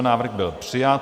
Návrh byl přijat.